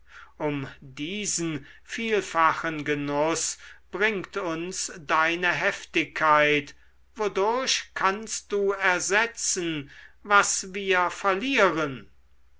um diesen vielfachen genuß bringt uns deine heftigkeit wodurch kannst du ersetzen was wir verlieren